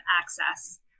access